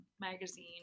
Magazine